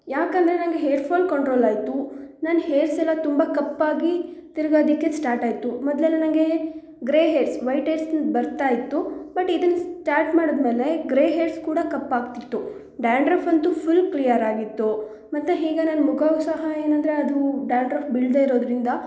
ಯಾಕೆಂದ್ರೆ ನನಗೆ hair fall ಕಂಟ್ರೋಲಾಯಿತು ನನ್ನ ಹೇರ್ಸೆಲ್ಲ ತುಂಬ ಕಪ್ಪಾಗಿ ತಿರುಗೋದಕ್ಕೆ ಸ್ಟಾರ್ಟಾಯಿತು ಮೊದಲೆಲ್ಲ ನಂಗೆ ಗ್ರೇ ಹೇರ್ಸ್ ವೈಟ್ ಏರ್ಸ್ ಬರ್ತಾ ಇತ್ತು ಬಟ್ ಇದನ್ನು ಸ್ಟಾಟ್ ಮಾಡಿದ್ಮೇಲೆ ಗ್ರೇ ಹೇರ್ಸ್ ಕೂಡ ಕಪ್ಪಾಗ್ತಿತ್ತು ಡ್ಯಾಂಡ್ರಫ್ ಅಂತು ಫುಲ್ ಕ್ಲಿಯರಾಗಿತ್ತು ಮತ್ತೆ ಈಗ ನನ್ನ ಮುಖವು ಸಹ ಏನೆಂದ್ರೆ ಅದು ಡ್ಯಾಂಡ್ರಫ್ ಬೀಳದೆ ಇರೋದರಿಂದ